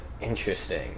Interesting